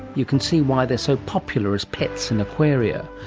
you can see why they're so popular as pets in aquaria,